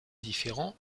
différents